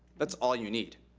that's all you need.